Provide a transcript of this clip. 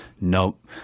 Nope